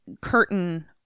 curtain